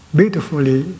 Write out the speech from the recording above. beautifully